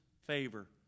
favor